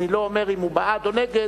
אני לא אומר אם הוא בעד או נגד,